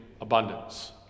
abundance